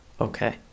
Okay